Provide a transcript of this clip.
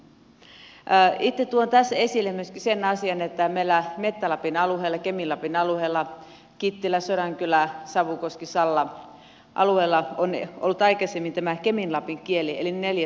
itse tuon tässä esille myöskin sen asian että meillä metsä lapin alueella kemin lapin alueella kittilä sodankylä savukoski salla on ollut aikaisemmin tämä kemin lapin kieli eli neljäs saamen kieli